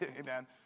amen